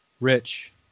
Rich